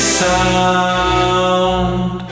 sound